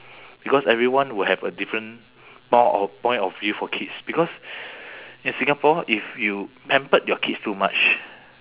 because everyone would have a different point of point of view for kids because in singapore if you pampered your kids too much